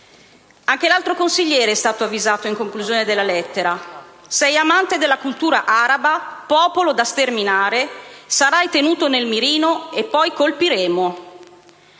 Anche l'altro consigliere è stato avvisato in conclusione della lettera: «Sei amante della cultura araba, popolo da sterminare. Sarai tenuto nel mirino e poi colpiremo».